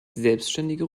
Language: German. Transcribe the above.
selbstständige